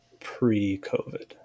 pre-COVID